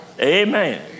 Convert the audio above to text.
Amen